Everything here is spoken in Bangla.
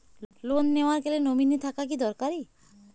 লোন নেওয়ার গেলে নমীনি থাকা কি দরকারী?